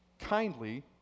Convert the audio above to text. Kindly